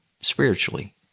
spiritually